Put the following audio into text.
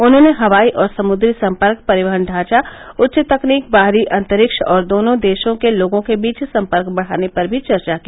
उन्होंने हवाई और समुद्री संपर्क परिवहन ढांचा उच्च तकनीक बाहरी अंतरिक्ष और दोनों देशों के लोगों के बीच संपर्क बढ़ाने पर भी चर्चा की